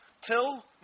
till